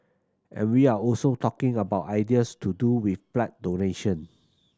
and we are also talking about ideas to do with blood donation